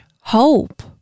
hope